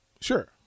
sure